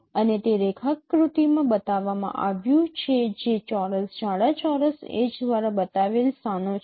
અને તે રેખાકૃતિમાં બતાવવામાં આવ્યું છે જે ચોરસ જાડા ચોરસ એડ્જ દ્વારા બતાવેલ સ્થાનો છે